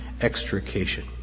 extrication